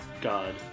God